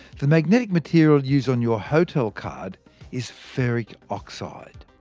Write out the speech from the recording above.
the magnetic material used on your hotel card is ferric oxide.